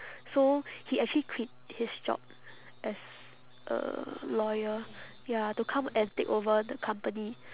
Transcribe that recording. so he actually quit his job as a lawyer ya to come and take over the company